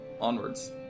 onwards